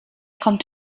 kommt